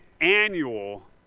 annual